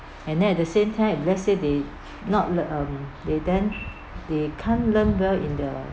and then at the same time if let's say they not le~ um they then they can't learn well in the